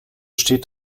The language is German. steht